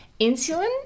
Insulin